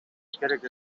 керек